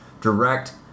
direct